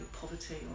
poverty